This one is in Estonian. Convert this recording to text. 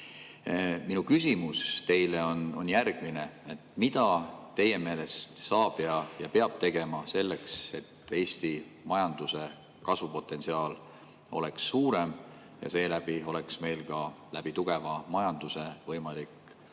Minu küsimus teile on järgmine: mida teie meelest saab teha ja peab tegema selleks, et Eesti majanduse kasvupotentsiaal oleks suurem ja seeläbi oleks meil tugeva majanduse tõttu võimalik